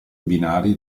binari